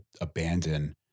abandon